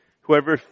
Whoever